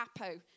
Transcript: apo